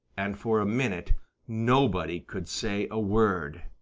and for a minute nobody could say a word.